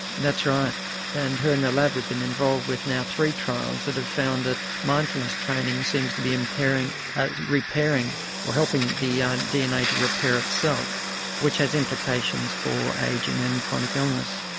that's right and her and her lab have been involved with now three trials that have found that mindfulness training seems to be um repairing ah repairing or helping the dna to repair itself which has implications for ageing and chronic illness.